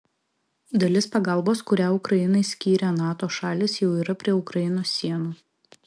dalis pagalbos kurią ukrainai skyrė nato šalys jau yra prie ukrainos sienų